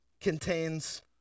contains